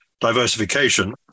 diversification